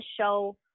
show